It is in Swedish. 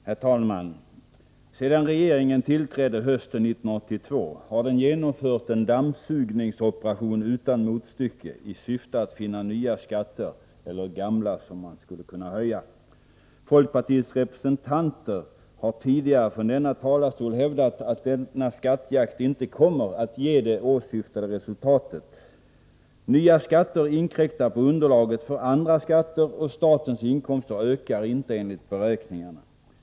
Herr talman! Sedan regeringen tillträdde hösten 1982 har den genomfört en dammsugningsoperation utan motstycke i syfte att finna nya skatter eller gamla som man skulle kunna höja. Folkpartiets representanter har tidigare från denna talarstol hävdat att denna skattjakt inte kommer att ge det åsyftade resultatet. Nya skatter inkräktar på underlaget för andra skatter, och statens inkomster ökar inte enligt beräkningarna.